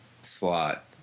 Slot